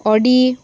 Audi